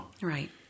right